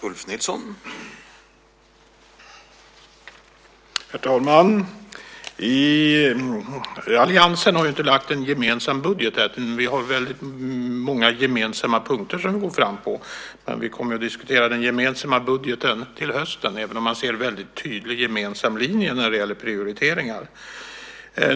Herr talman! Alliansen har inte lagt fram någon gemensam budget än, men vi har väldigt många gemensamma punkter som vi går fram med. Vi kommer att diskutera den gemensamma budgeten till hösten, och man ser en väldigt tydlig gemensam linje när det gäller prioriteringar.